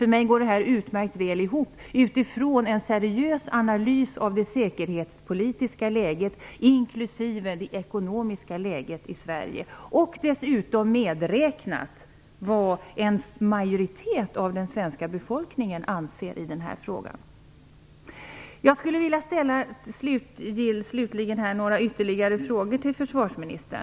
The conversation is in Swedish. För mig går detta utmärkt väl ihop, utifrån en seriös analys av det säkerhetspolitiska läget, inklusive det ekonomiska läget i Sverige och dessutom medräknat vad en majoritet av den svenska befolkningen anser i den här frågan. Jag skulle slutligen vilja ställa några ytterligare frågor till försvarsministern.